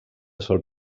sol